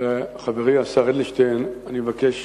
חברי השר אדלשטיין, אני מבקש